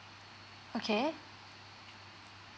okay